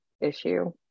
issue